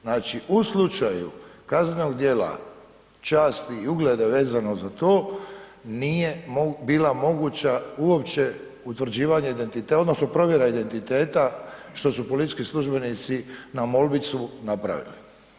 Znači u slučaju kaznenog djela časti i ugleda vezano za to nije bila moguća uopće utvrđivanje identiteta, odnosno provjera identiteta što su policijski službenici na molbicu napravili.